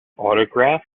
autograph